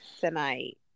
tonight